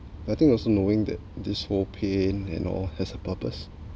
I think also knowing that this whole pain and all has a purpose